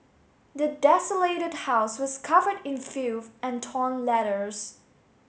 the desolated house was covered in filth and torn letters